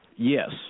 Yes